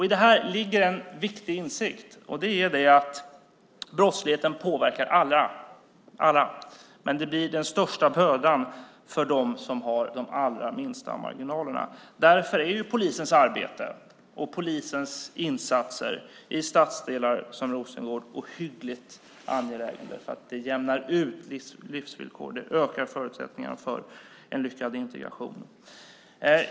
I detta ligger en viktig insikt, och det är att brottsligheten påverkar alla, men det blir störst börda för dem som har de allra minsta marginalerna. Därför är polisens arbete och polisens insatser i stadsdelar som Rosengård ohyggligt angelägna därför att de jämnar ut livsvillkor och ökar förutsättningarna för en lyckad integration.